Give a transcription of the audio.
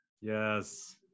Yes